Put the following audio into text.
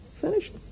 Finished